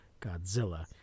Godzilla